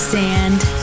sand